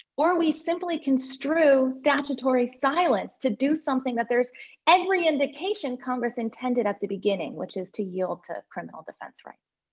or we simply construe statutory silence to do something that there's every indication congress intended at the beginning, which is to yield to criminal defense rights.